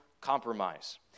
compromise